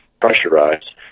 pressurized